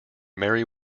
mary